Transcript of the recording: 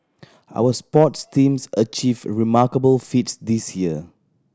our sports teams achieved remarkable feat this year